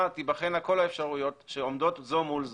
תיבחנה כל האפשרויות שעומדות זו מול זו.